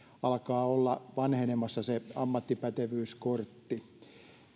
alkaa olla vanhenemassa se ammattipätevyyskortti